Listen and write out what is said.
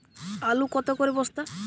আলু কত করে বস্তা?